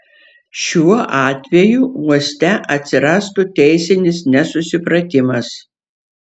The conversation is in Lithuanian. šiuo atveju uoste atsirastų teisinis nesusipratimas